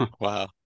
Wow